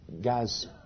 guys